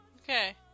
Okay